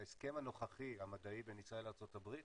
ההסכם הנוכחי המדעי בין ישראל לארצות הברית